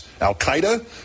Al-Qaeda